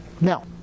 Now